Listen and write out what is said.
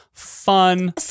fun